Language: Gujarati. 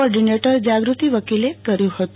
ઓર્ડિનેટર જાગૃતિ વકીલે કર્યું હતું